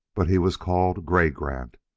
but he was called gray grant,